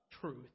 truth